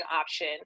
option